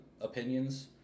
opinions